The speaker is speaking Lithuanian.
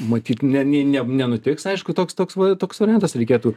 matyt ne ne ne nenutiks aišku toks toks va toks variantas reikėtų